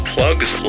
Plug's